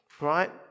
right